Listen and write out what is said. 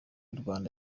rwanda